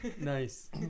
Nice